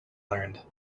learned